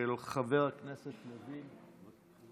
של חבר הכנסת לוין.